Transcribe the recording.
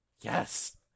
yes